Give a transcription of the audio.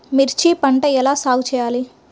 మిర్చి పంట ఎలా సాగు చేయాలి?